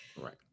Right